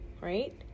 right